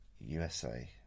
USA